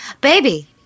Baby